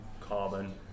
carbon